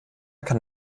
kann